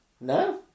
No